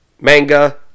manga